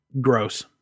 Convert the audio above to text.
Gross